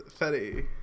Fetty